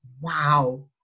wow